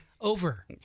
Over